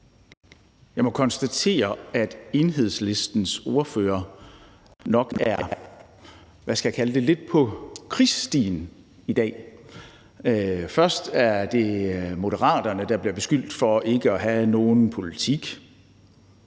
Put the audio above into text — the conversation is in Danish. Jeg må konstatere, at Enhedslistens ordfører nok er, hvad skal jeg kalde det, lidt på krigsstien i dag. Først er det Moderaterne, der bliver beskyldt for ikke at have nogen politik.